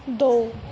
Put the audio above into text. ਦੋ